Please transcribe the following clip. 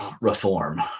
reform